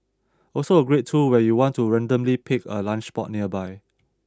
also a great tool when you want to randomly pick a lunch spot nearby